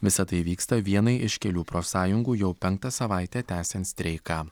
visa tai vyksta vienai iš kelių profsąjungų jau penktą savaitę tęsiant streiką